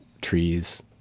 trees